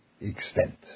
extent